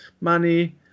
money